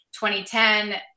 2010